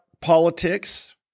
politics